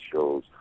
shows